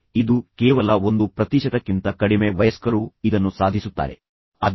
ನಿಮ್ಮ ಮೇಲಿನ ಆತನ ಪ್ರೀತಿ ಮತ್ತು ವಾತ್ಸಲ್ಯವನ್ನು ನೀವು ಹೇಗೆ ಮರಳಿ ಪಡೆಯುತ್ತೀರಿ